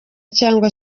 cyangwa